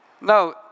Now